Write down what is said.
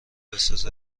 احساس